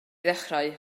ddechrau